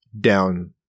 down